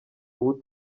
ubu